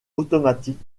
automatique